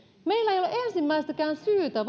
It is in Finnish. meillä ei ole ensimmäistäkään syytä